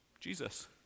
Jesus